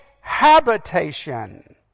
habitation